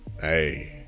Hey